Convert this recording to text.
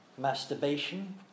masturbation